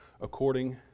according